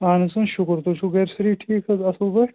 اَہَن حظ شُکُر تُہۍ چھُو گَرِ سٲری ٹھیٖک حظ اَصٕل پٲٹھۍ